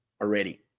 already